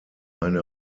eine